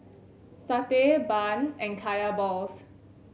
satay bun and Kaya balls